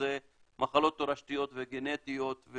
שזה מחלות תורשתיות וגנטיות.